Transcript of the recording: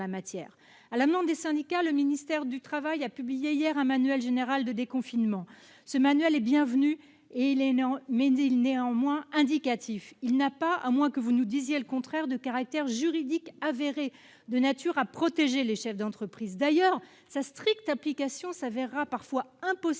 À la demande des syndicats, le ministère du travail a publié hier un manuel général de déconfinement. Ce manuel est bienvenu, mais il n'est qu'indicatif, car, à moins que vous nous disiez le contraire, il n'a pas de caractère juridique avéré de nature à protéger les chefs d'entreprise. Sa stricte application s'avérera d'ailleurs parfois impossible